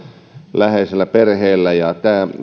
läheisellä perheellä ja tämä